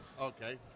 okay